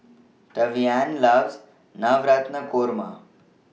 Tavian loves Navratan Korma